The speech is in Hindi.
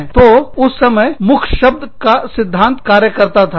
तो उस समय मुख शब्द का सिद्धांत कार्य करता था